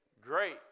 Great